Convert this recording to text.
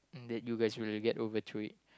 that you guys really get over to it